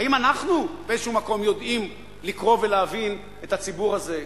האם אנחנו באיזה מקום יודעים לקרוא ולהבין את הציבור הזה?